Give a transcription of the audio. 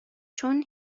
چون